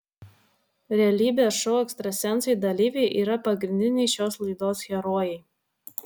realybės šou ekstrasensai dalyviai yra pagrindiniai šios laidos herojai